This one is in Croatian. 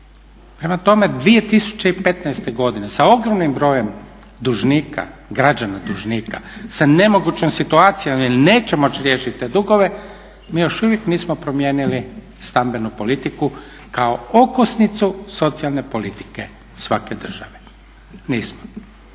Prema tome, 2015. godine sa ogromnim brojem dužnika, građana dužnika sa nemogućom situacijom jer neće moći riješit te dugove, mi još uvijek nismo promijenili stambenu politiku kao okosnicu socijalne politike svake države. Nismo.